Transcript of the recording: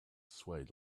swayed